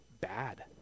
bad